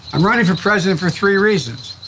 i'm running for president for three reasons.